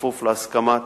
בכפוף להסכמת